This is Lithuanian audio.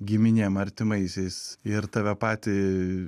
giminėm artimaisiais ir tave patį